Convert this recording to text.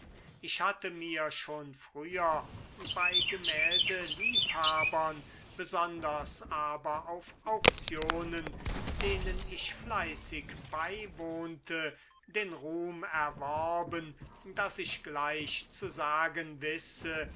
ich hatte mir schon früher bei gemäldeliebhabern besonders aber auf auktionen denen ich fleißig beiwohnte den ruhm erworben daß ich gleich zu sagen wisse